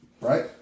right